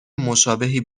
مشابهی